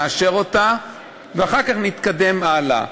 נאשר אותה ואחר כך נתקדם הלאה.